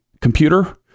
computer